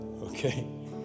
okay